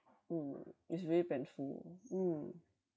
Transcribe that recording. mm it's really painful mm